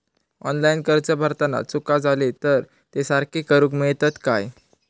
Online अर्ज भरताना चुका जाले तर ते सारके करुक मेळतत काय?